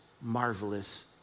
marvelous